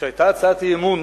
שכשהיתה הצעת אי-אמון